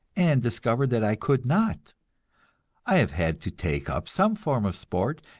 and discovered that i could not i have had to take up some form of sport,